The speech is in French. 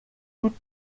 toute